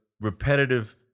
repetitive